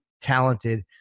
talented –